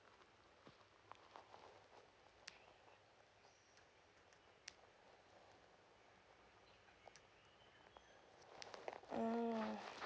mm